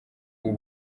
ubu